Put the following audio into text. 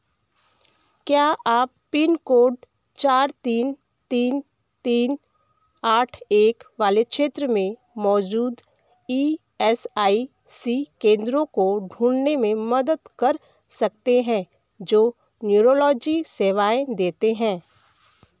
क्या आप pin code चार तीन तीन तीन आठ एक वाले क्षेत्र में मौजूद ई एस आई सी केंद्रों को ढूँढने में मदद कर सकते हैं जो न्यूरोलॉजी सेवाएँ देते हैं